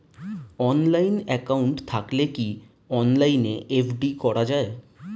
Online account থাকলে কি অনলাইনে এফ.ডি করা যায়?